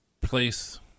place